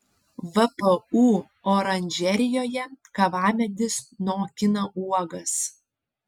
vpu oranžerijoje kavamedis nokina uogas